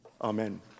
Amen